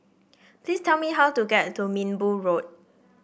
please tell me how to get to Minbu Road